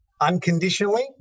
unconditionally